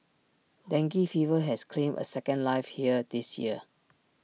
dengue fever has claimed A second life here this year